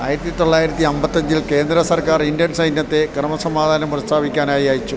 ആയിരത്തി തൊള്ളായിരത്തിയമ്പത്തിയഞ്ചിൽ കേന്ദ്ര സർക്കാർ ഇന്ത്യൻ സൈന്യത്തെ ക്രമസമാധാനം പുനഃസ്ഥാപിക്കാനായി അയച്ചു